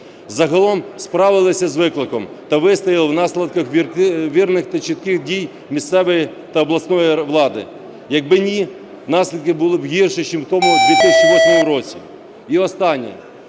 Загалом справилися з викликом та вистояли внаслідок вірних та чітких дій місцевої та обласної влади. Якби ні, наслідки були б гірші чим у тому 2008 році. І останнє.